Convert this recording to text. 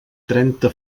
trenta